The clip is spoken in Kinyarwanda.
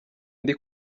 ndi